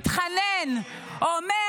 מתחנן -- יש מרוץ צמוד בין טראמפ ----- ואומר